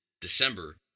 December